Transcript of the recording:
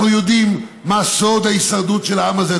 אנחנו יודעים מה סוד ההישרדות של העם הזה,